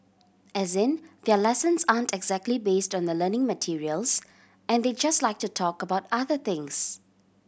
as in their lessons aren't exactly based on the learning materials and they just like to talk about other things